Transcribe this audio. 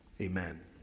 Amen